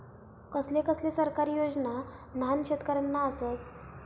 कसले कसले सरकारी योजना न्हान शेतकऱ्यांना आसत?